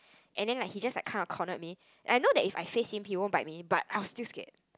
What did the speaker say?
and then like he just like kinds of cornered me I know that if I say c_p_o by me but I will still scare